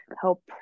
help